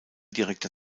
direkter